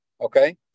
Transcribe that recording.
Okay